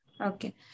Okay